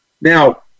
Now